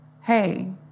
Hey